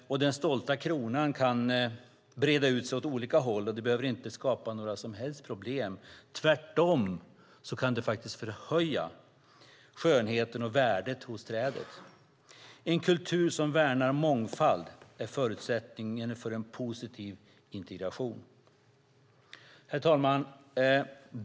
Den stolta kronan kan breda ut sig åt olika håll. Det behöver inte skapa några som helst problem. Det kan tvärtom förhöja skönheten och värdet hos trädet. En kultur som värnar mångfald är förutsättningen för en positiv integration. Herr talman!